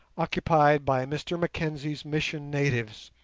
occupied by mr mackenzie's mission natives,